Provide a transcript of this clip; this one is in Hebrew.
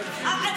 לראות.